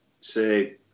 say